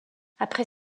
après